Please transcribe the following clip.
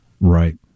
Right